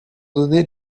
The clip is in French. donnés